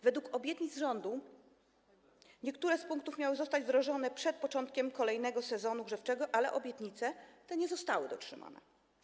Według obietnic rządu niektóre z punktów miały zostać wdrożone przed początkiem kolejnego sezonu grzewczego, ale te obietnice nie zostały dotrzymane.